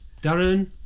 Darren